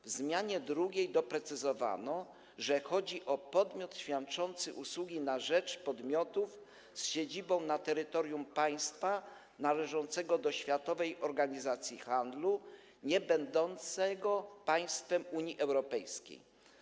W zmianie drugiej doprecyzowano, że chodzi o podmiot świadczący usługi na rzecz podmiotów z siedzibą na terytorium państwa należącego do Światowej Organizacji Handlu, niebędącego państwem Unii Europejskiej.